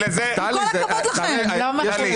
לא, טלי.